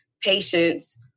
patients